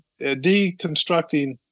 Deconstructing